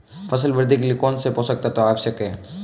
फसल वृद्धि के लिए कौनसे पोषक तत्व आवश्यक हैं?